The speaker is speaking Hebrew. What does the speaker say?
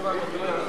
להעביר את